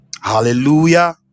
Hallelujah